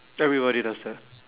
everybody does that